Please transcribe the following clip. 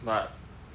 but